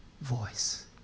voice